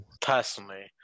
Personally